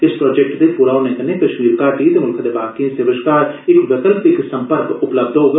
इस प्रोजेक्ट दे पूरा होने कन्नै कश्मर घाटी ते मुल्खै दे बाकी हिस्से बश्कार इक वैकल्पिक संपर्क उपलब्ध होग